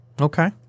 Okay